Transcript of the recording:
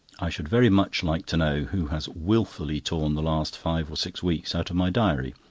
i should very much like to know who has wilfully torn the last five or six weeks out of my diary.